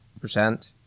percent